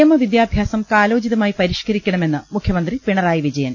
നിയമവിദ്യാഭ്യാസം കാലോചിതമായി പരിഷ്കരിക്കണമെന്ന് മുഖ്യമന്ത്രി പിണറായി വിജയൻ